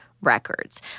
records